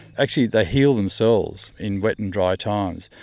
actually, they heal themselves in wet and dry times.